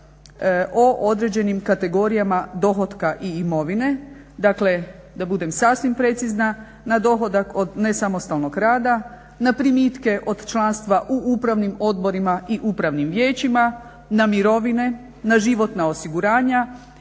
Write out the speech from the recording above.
o određenim kategorijama dohotka i imovine, dakle da budem sasvim precizna na dohodak od nesamostalnog rada, na primitke od članstva u upravnim odborima i upravnim vijećima, na mirovine, na životna osiguranja